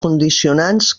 condicionants